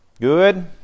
Good